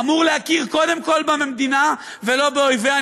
אמור להכיר קודם כול במדינה ולא באויביה.